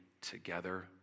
together